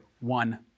one